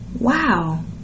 wow